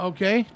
Okay